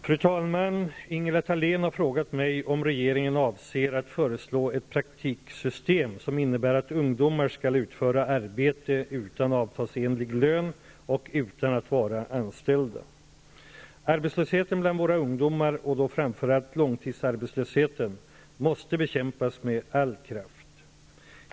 Fru talman! Ingela Thalén har frågat mig om regeringen avser att föreslå ett praktiksystem som innebär att ungdomar skall utföra arbete utan avtalsenlig lön och utan att vara anställda. Arbetslösheten bland våra ungdomar och då framför allt långtidsarbetslösheten måste bekämpas med all kraft.